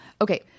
Okay